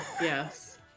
yes